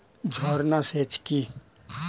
ঝর্না সেচ কি?